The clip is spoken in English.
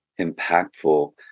impactful